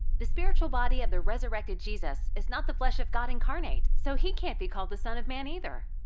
the spiritual body of the resurrected jesus is not the flesh of god incarnate, so he can't be called the son of man either.